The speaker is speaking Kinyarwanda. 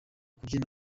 kubyina